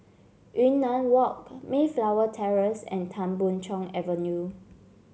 Yunnan Walk Mayflower Terrace and Tan Boon Chong Avenue